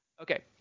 Okay